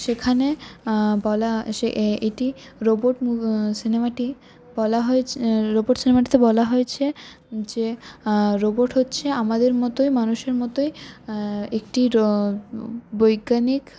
সেখানে বলা এটি রোবট সিনেমাটি বলা হয়েছে রোবট সিনেমাটিতে বলা হয়েছে যে রোবট হচ্ছে আমাদের মতোই মানুষের মতোই একটি বৈজ্ঞানিক